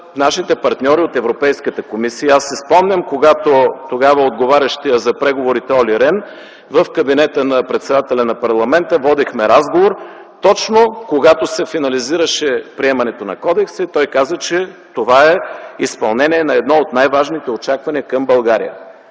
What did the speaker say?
нашите партньори от Европейската комисия. Аз си спомням, когато отговарящият тогава за преговорите Оли Рен, в кабинета на председателя на парламента водихме разговор точно, когато се финализираше приемането на кодекса, и той каза, че това е изпълнение на едно от най-важните очаквания към България.